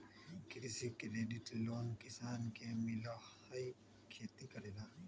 कृषि credit loan किसान के मिलहई खेती करेला?